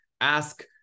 ask